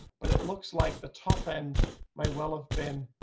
but it looks like the top end may well have been